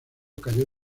cayó